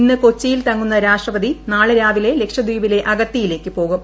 ഇന്ന് കൊച്ചിയിൽ തങ്ങുന്ന രാഷ്ട്രപതി നാളെ രാവിലെ ലക്ഷദ്വീപിലെ അഗത്തിയിലേക്ക് പോകും